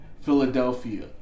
Philadelphia